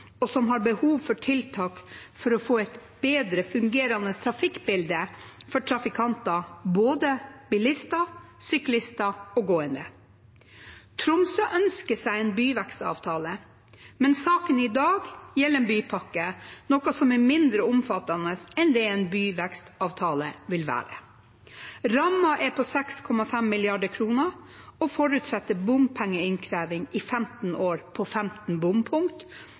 og som har behov for tiltak for å få et bedre fungerende trafikkbilde for trafikanter, for både bilister, syklister og gående. Tromsø ønsker seg en byvekstavtale, men saken i dag gjelder en bypakke, noe som er mindre omfattende enn det en byvekstavtale vil være. Rammen er på 6,5 mrd. kr og forutsetter bompengeinnkreving i 15 år på 15